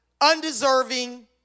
undeserving